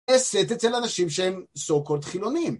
אצל אנשים שהם סו קולד חילוניים.